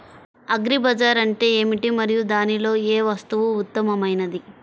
Agri bazaar అంటే ఏమిటి మరియు దానిలో ఏ వస్తువు ఉత్తమమైనది?